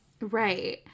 right